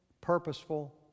purposeful